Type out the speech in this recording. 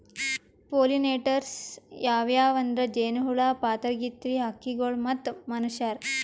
pollinators ಯಾವ್ಯಾವ್ ಅಂದ್ರ ಜೇನಹುಳ, ಪಾತರಗಿತ್ತಿ, ಹಕ್ಕಿಗೊಳ್ ಮತ್ತ್ ಮನಶ್ಯಾರ್